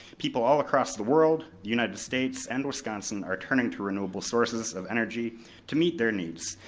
people all across the world, united states, and wisconsin are turning to renewable sources of energy to meet their needs.